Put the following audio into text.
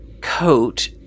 coat